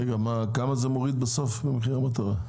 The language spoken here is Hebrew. כמה זה מוריד בסוף במחיר המטרה?